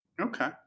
Okay